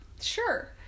Sure